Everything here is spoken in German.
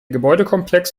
gebäudekomplex